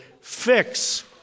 fix